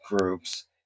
groups